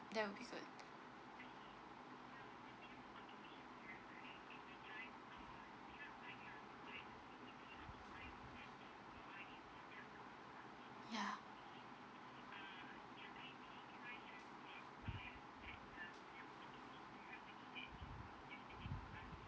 that will be good ya